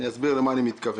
אסביר את כוונתי.